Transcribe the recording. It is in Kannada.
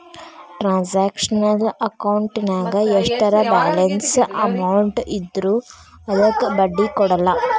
ಟ್ರಾನ್ಸಾಕ್ಷನಲ್ ಅಕೌಂಟಿನ್ಯಾಗ ಎಷ್ಟರ ಬ್ಯಾಲೆನ್ಸ್ ಅಮೌಂಟ್ ಇದ್ರೂ ಅದಕ್ಕ ಬಡ್ಡಿ ಕೊಡಲ್ಲ